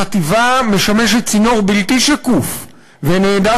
החטיבה משמשת צינור בלתי שקוף ונעדר